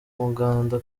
muganda